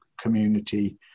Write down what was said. community